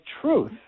truth